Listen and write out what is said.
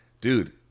Dude